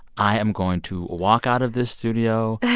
i am going to walk out of this studio,